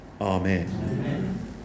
Amen